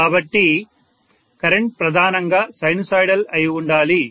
కాబట్టి కరెంట్ ప్రధానంగా సైనుసోయిడల్ అయి ఉండాలి